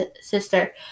sister